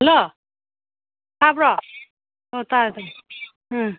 hello ꯇꯥꯕ꯭ꯔꯣ ꯑꯣ ꯇꯥꯔꯦ ꯇꯥꯔꯦ ꯎꯝ